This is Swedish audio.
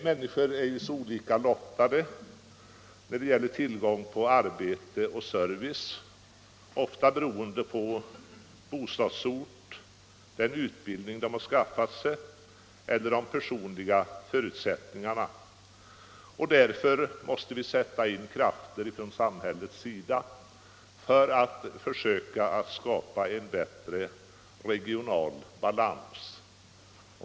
Människor är ju så olika lottade när det gäller tillgång på arbete och service, ofta beroende på bostadsort, den utbildning de har skaffat sig eller de personliga förutsättningarna. Därför måste vi sätta in krafter från samhällets sida för att försöka skapa en bättre regional balans.